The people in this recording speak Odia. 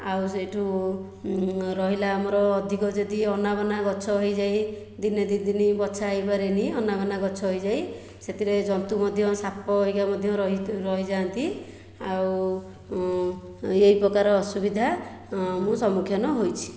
ଆଉ ସେଇଠୁ ରହିଲା ଆମର ଅଧିକ ଯଦି ଅନାବନା ଗଛ ହୋଇଯାଏ ଦିନେ ଦୁଇ ଦିନ ବଛା ହୋଇ ପାରେନି ଅନାବନା ଗଛ ହୋଇଯାଏ ସେଥିରେ ଜନ୍ତୁ ମଧ୍ୟ ସାପ ହେରିକା ମଧ୍ୟ ରହିଯା'ନ୍ତି ଆଉ ଏହି ପ୍ରକାର ଅସୁବିଧା ମୁଁ ସମ୍ମୁଖୀନ ହୋଇଛି